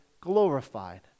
glorified